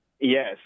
Yes